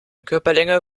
körperlänge